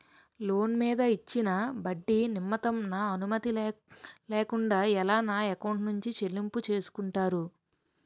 Loan మీద ఇచ్చిన ఒడ్డి నిమిత్తం నా అనుమతి లేకుండా ఎలా నా ఎకౌంట్ నుంచి చెల్లింపు చేసుకుంటారు?